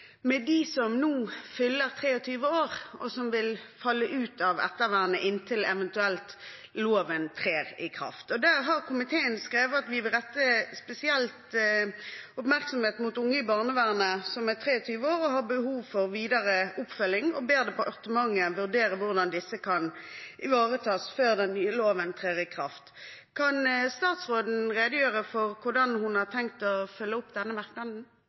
som vil falle ut av ettervernet inntil loven trer i kraft. Der har flertallet i komiteen skrevet at vi «vil spesielt rette oppmerksomheten mot unge i barnevernet som er 23 år og har behov for videre oppfølging, og ber departementet vurdere hvordan disse kan ivaretas før den nye loven trer i kraft». Kan statsråden redegjøre for hvordan hun har tenkt å følge opp denne merknaden?